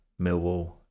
Millwall